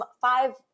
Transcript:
five